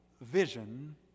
vision